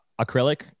acrylic